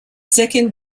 second